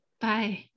Bye